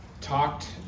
talked